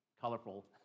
Colorful